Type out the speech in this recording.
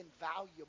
invaluable